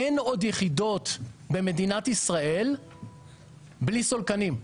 אין עוד יחידות במדינת ישראל בלי סולקנים.